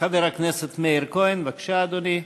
חבר הכנסת מאיר כהן, בבקשה, אדוני.